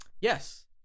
Yes